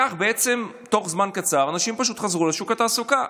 כך תוך זמן קצר אנשים חזרו לשוק התעסוקה.